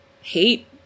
hate